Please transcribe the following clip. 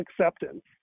acceptance